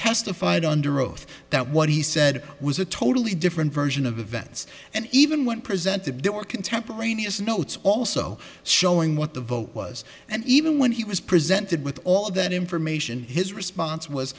testified under oath that what he said was a totally different version of events and even when presented there were contemporaneous notes also showing what the vote was and even when he was presented with all that information his response was